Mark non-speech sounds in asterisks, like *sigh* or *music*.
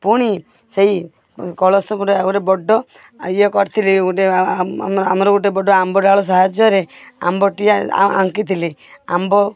ପୁଣି ସେଇ କଳସ *unintelligible* ଆଉ ଗୋଟେ ବଡ଼ ଇଏ କର୍ଥିଲି *unintelligible* ଆମର ଗୋଟେ ବଡ଼ ଆମ୍ବଡ଼ାଳ ସାହାଯ୍ୟରେ ଆମ୍ବଟିଏ ଆଙ୍କିଥିଲି ଆମ୍ବ